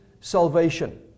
salvation